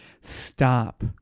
Stop